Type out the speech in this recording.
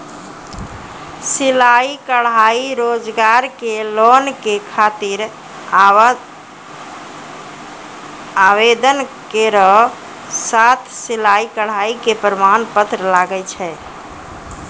सिलाई कढ़ाई रोजगार के लोन के खातिर आवेदन केरो साथ सिलाई कढ़ाई के प्रमाण पत्र लागै छै?